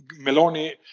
Meloni